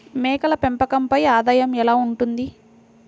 మేకల పెంపకంపై ఆదాయం ఎలా ఉంటుంది?